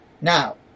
Now